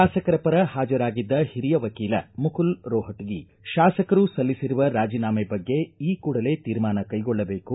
ಶಾಸಕರ ಪರ ಹಾಜರಾಗಿದ್ದ ಹಿರಿಯ ವಕೀಲ ಮುಕುಲ್ ರೊಹಟಗಿ ಶಾಸಕರು ಸಲ್ಲಿಸರುವ ರಾಜಿನಾಮೆ ಬಗ್ಗೆ ಈ ಕೂಡಲೇ ತೀರ್ಮಾನ ಕೈಗೊಳ್ಳಬೇಕು